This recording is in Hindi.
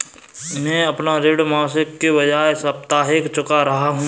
मैं अपना ऋण मासिक के बजाय साप्ताहिक चुका रहा हूँ